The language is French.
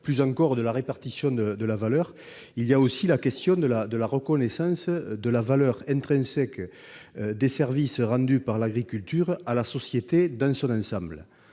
plus encore, de la répartition de la valeur. On devrait aussi évoquer la question de la reconnaissance de la valeur intrinsèque des services rendus par l'agriculture à la société dans son ensemble.